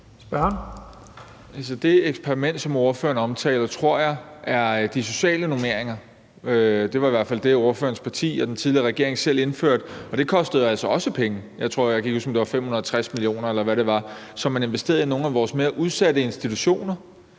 Det eksperiment, som ordføreren omtaler, tror jeg er de sociale normeringer. Det var i hvert fald det, som ordførerens parti og den tidligere regering selv indførte, og det kostede altså også penge. Jeg kan ikke huske, om det var 550 mio. kr., eller hvad det var, som man investerede i nogle af vores mere udsatte institutioner.